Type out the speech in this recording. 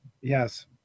yes